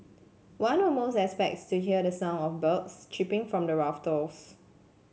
one almost expects to hear the sound of birds chirping from the rafters